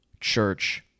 church